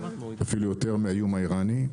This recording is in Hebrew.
אפילו יותר מהאיום האיראני.